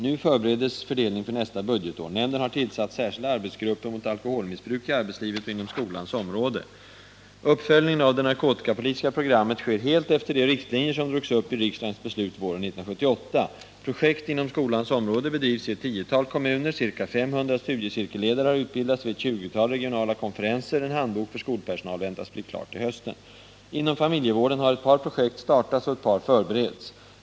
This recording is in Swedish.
Nu förbereds fördelning för nästa budgetår. Nämnden har tillsatt särskilda arbetsgrupper mot alkoholmissbruk i arbetslivet och inom skolans områ Uppföljningen av det narkotikapolitiska programmet sker helt efter de riktlinjer som drogs upp i riksdagens beslut våren 1978. Projekt inom skolans område bedrivs i ett tiotal kommuner. Ca 500 studiecirkelledare har utbildats vid ett 20-tal regionala konferenser. En handbok för skolpersonal väntas bli klar till hösten. Inom familjevården har ett par projekt startats och ett par förbereds.